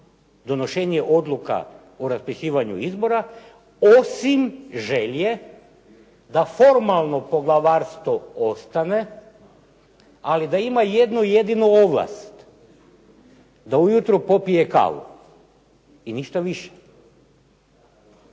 donošenja odluka o raspisivanju izbora, osim želje da formalno poglavarstvo ostane, ali da ima jednu jedinu ovlast, da ujutro popije kavu i ništa više.